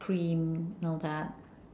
cream and all that